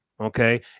Okay